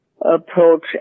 approach